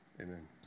amen